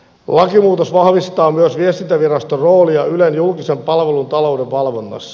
lakimuutos vahvistaa myös viestintäviraston roolia ylen julkisen palvelun talouden valvonnassa